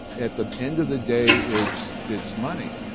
at the end of the day, it's it's money.